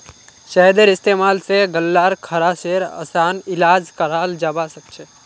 शहदेर इस्तेमाल स गल्लार खराशेर असान इलाज कराल जबा सखछे